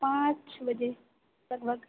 पाँच बजे लगभग